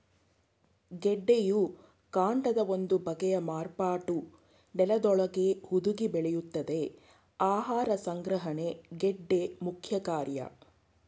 ಗೆಡ್ಡೆಯು ಕಾಂಡದ ಒಂದು ಬಗೆಯ ಮಾರ್ಪಾಟು ನೆಲದೊಳಗೇ ಹುದುಗಿ ಬೆಳೆಯುತ್ತದೆ ಆಹಾರ ಸಂಗ್ರಹಣೆ ಗೆಡ್ಡೆ ಮುಖ್ಯಕಾರ್ಯ